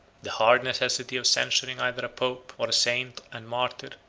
the hard necessity of censuring either a pope, or a saint and martyr,